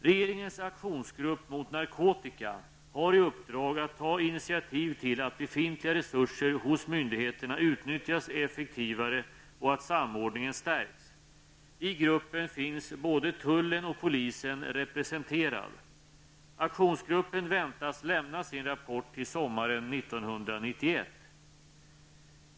Regeringens aktionsgrupp mot narkotika har i uppdrag att ta initiativ till att befintliga resurser hos myndigheterna utnyttjas effektivare och att samordningen stärks. I gruppen finns både tullen och polisen representerad. Aktionsgruppen väntas lämna sin rapport till sommaren 1991.